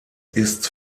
ist